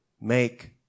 make